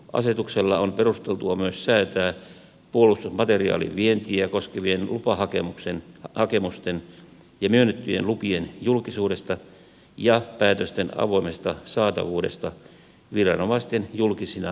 asetuksella on perusteltua myös säätää puolustusmateriaalin vientiä koskevien lupahakemusten ja myönnettyjen lupien julkisuudesta ja päätösten avoimesta saatavuudesta viranomaisten julkisina asiakirjoina